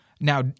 Now